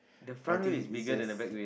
I think it's a